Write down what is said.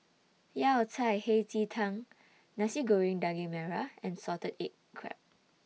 Yao Cai Hei Ji Tang Nasi Goreng Daging Merah and Salted Egg Crab